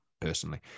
personally